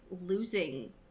losing